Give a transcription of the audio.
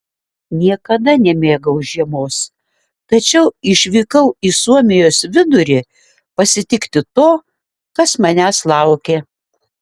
niekada nemėgau žiemos tačiau išvykau į suomijos vidurį pasitikti to kas manęs laukė